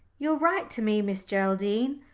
you write to me, miss geraldine?